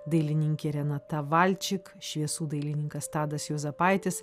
dailininkė renata valčik šviesų dailininkas tadas juozapaitis